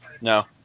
No